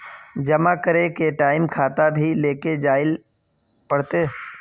जमा करे के टाइम खाता भी लेके जाइल पड़ते?